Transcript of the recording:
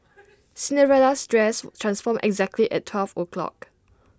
Cinderella's dress transformed exactly at twelve o' clock